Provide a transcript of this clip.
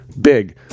big